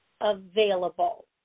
available